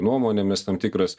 nuomonėmis tam tikras